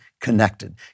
connected